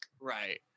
right